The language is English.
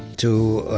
to